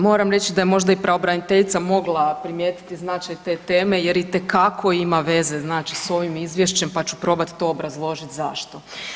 Moram reći da je možda i pravobraniteljica mogla primijetiti značaj te teme jer itekako ima veze s ovim izvješćem pa ću probat to obrazložit zašto.